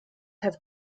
have